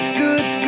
good